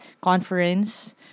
conference